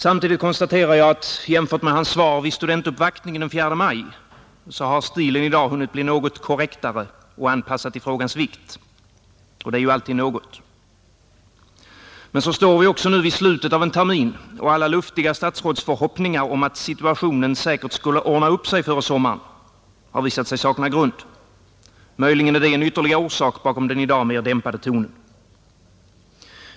Samtidigt konstaterar jag att jämfört med hans svar vid studentuppvaktningen den 4 maj har stilen i dag hunnit bli något korrektare och anpassad till frågans vikt, Och det är ju alltid något. Men så står vi också nu vid slutet av en termin, och alla luftiga statsrådsförhoppningar om att situationen säkert skulle ordna upp sig före sommaren har visat sig sakna grund. Möjligen är det en ytterligare orsak bakom den i dag mer dämpade tonen.